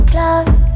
love